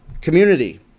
community